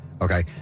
Okay